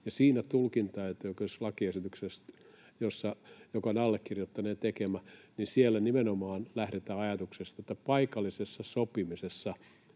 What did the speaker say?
Siinä tulkintaetuoikeuslakiesityksessä, joka on allekirjoittaneen tekemä, nimenomaan lähdetään ajatuksesta, että paikallisessa sopimisessa